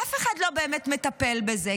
ואף אחד לא באמת מטפל בזה.